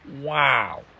Wow